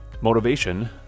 motivation